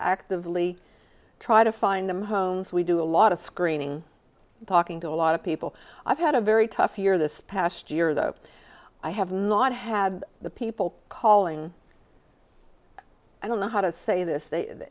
actively try to find them homes we do a lot of screening talking to a lot of people i've had a very tough year this past year that i have not had the people calling i don't know how to say this th